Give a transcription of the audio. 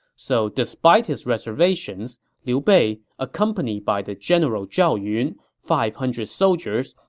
so despite his reservations, liu bei, accompanied by the general zhao yun, five hundred soldiers,